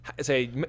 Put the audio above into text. Say